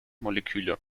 moleküle